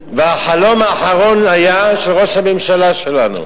והחלום האחרון היה של ראש הממשלה שלנו,